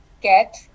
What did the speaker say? get